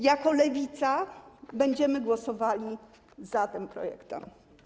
Jako Lewica będziemy głosowali za tym projektem.